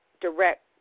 direct